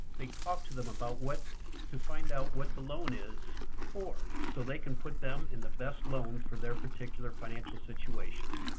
they talk to them about what to find out what the loan is for, so they can put them in the best loan for their particular financial situation.